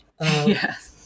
Yes